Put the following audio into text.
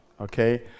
Okay